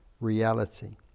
reality